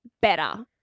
better